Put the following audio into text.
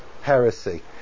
heresy